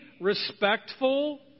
respectful